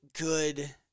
good